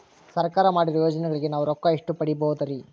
ಸರ್ಕಾರ ಮಾಡಿರೋ ಯೋಜನೆಗಳಿಗೆ ನಾವು ರೊಕ್ಕ ಎಷ್ಟು ಪಡೀಬಹುದುರಿ?